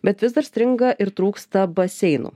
bet vis dar stringa ir trūksta baseinų